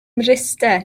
mryste